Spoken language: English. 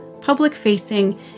public-facing